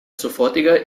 sofortige